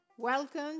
Welcome